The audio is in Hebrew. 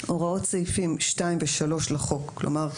(1) הוראות סעיפים 2 ו-3 לחוק" כלומר,